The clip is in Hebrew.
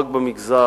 הזה.